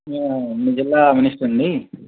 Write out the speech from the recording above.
hello నేను మీజిల్లా మినిష్టర్ని